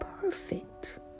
perfect